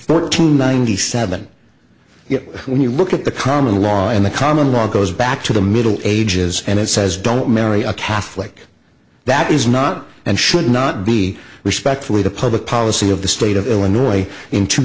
two ninety seven when you look at the common law in the common law goes back to the middle ages and it says don't marry a catholic that is not and should not be respect for the public policy of the state of illinois in two